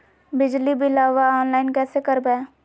बिजली बिलाबा ऑनलाइन कैसे करबै?